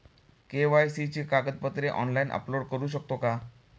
KYC ची कागदपत्रे online upload करू शकतो का?